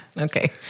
Okay